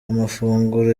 amafunguro